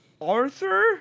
Arthur